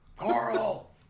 Carl